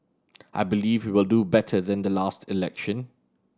I believe we will do better than the last election